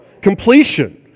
Completion